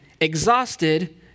exhausted